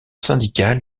syndical